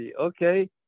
Okay